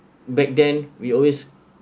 back then we always